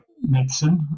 medicine